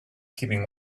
keeping